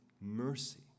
mercy